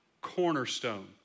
cornerstone